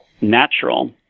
natural